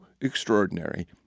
extraordinary